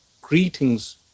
greetings